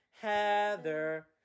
Heather